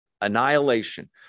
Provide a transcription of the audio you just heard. Annihilation